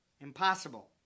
Impossible